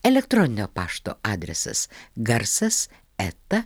elektroninio pašto adresas garsas eta